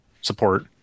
support